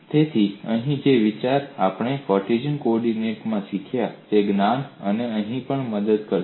તેથી અહીં જે વિચાર આપણે કાર્ટેશિયન કોઓર્ડિનેટમાં શીખ્યા તે છે જ્ઞાન અહીં પણ મદદ કરશે